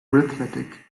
arithmetic